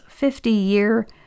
50-year